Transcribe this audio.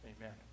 Amen